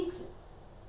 (uh huh)